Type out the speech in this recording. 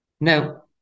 No